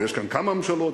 יש כאן כמה ממשלות,